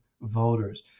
voters